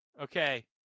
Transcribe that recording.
Okay